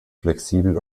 flexibel